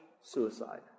suicide